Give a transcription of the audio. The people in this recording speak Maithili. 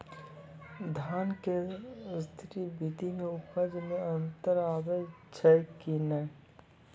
धान के स्री विधि मे उपज मे अन्तर आबै छै कि नैय?